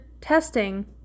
testing